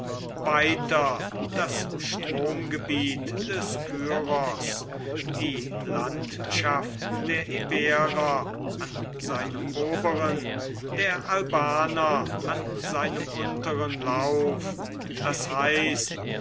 weiter das stromgebiet des kyros die landschaften der iberer an seinem oberen der albaner an seinem unteren lauf das heißt